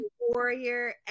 warrior